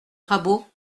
rabault